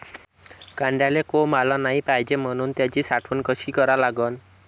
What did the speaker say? कांद्याले कोंब आलं नाई पायजे म्हनून त्याची साठवन कशी करा लागन?